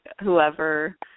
whoever